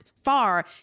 far